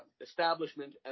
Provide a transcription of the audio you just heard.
establishment